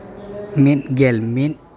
ᱢᱤᱫ ᱜᱮᱞ ᱢᱤᱫ